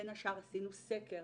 בין השאר עשינו סקר